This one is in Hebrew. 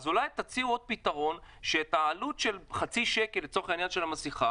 אז אולי תציעו עוד פתרון שאת העלות של חצי שקל של המסכה,